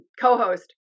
co-host